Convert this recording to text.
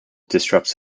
disrupts